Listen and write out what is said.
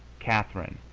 catherine,